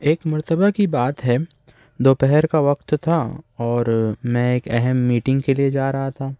ایک مرتبہ کی بات ہے دوپہر کا وقت تھا اور میں ایک اہم میٹنگ کے لیے جا رہا تھا